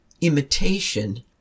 imitation